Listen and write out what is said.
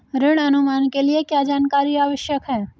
ऋण अनुमान के लिए क्या जानकारी आवश्यक है?